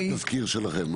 זה היה התזכיר שלכם.